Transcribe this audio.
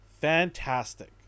Fantastic